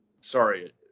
sorry